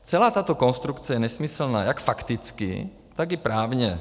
Celá tato konstrukce je nesmyslná jak fakticky, tak i právně.